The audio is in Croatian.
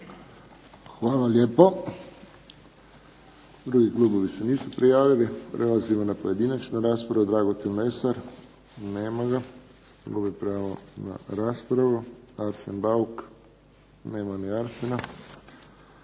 Hvala lijepo. Drugi klubovi se nisu prijavili. Prelazimo na pojedinačnu raspravu. Dragutin Lesar. Nema ga. Gubi pravo na raspravu. Arsen Bauk. Nema ni Arsena.